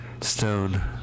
stone